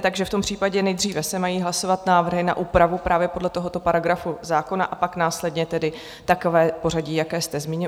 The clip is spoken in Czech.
V tom případě se nejdříve mají hlasovat návrhy na úpravu právě podle tohoto paragrafu zákona, a pak následně tedy takové pořadí, jaké jste zmínil.